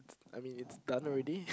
I mean it's done already